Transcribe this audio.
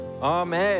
Amen